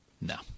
No